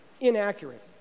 inaccurate